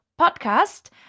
podcast